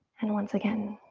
and once again,